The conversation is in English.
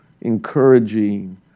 encouraging